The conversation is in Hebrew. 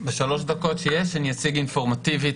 בשלוש דקות שיש אני אציג אינפורמטיבית,